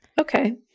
Okay